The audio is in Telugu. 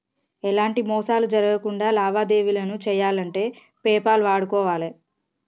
ఎలాంటి మోసాలు జరక్కుండా లావాదేవీలను చెయ్యాలంటే పేపాల్ వాడుకోవాలే